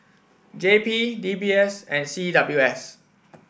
J P D B S and C W S